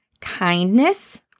kindness